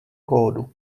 kódu